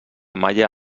malla